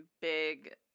Big